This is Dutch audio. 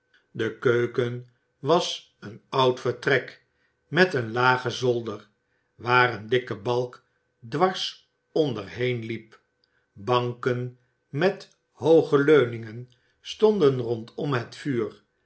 de keuken was een oud vertrek met een lagen zolder waar een dikke balk dwars onderheen liep banken met hooge leuningen stonden rondom het vuur